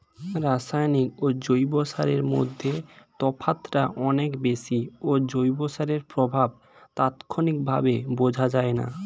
রাসায়নিক ও জৈব সারের মধ্যে তফাৎটা অনেক বেশি ও জৈব সারের প্রভাব তাৎক্ষণিকভাবে বোঝা যায়না